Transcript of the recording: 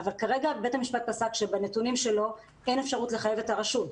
כרגע בית המשפט פסק שבנתונים הנוכחיים אין אפשרות לחייב את הרשות.